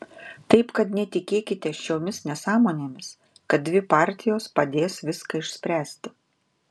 taip kad netikėkite šiomis nesąmonėmis kad dvi partijos padės viską išspręsti